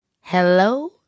Hello